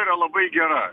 yra labai gera